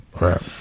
Right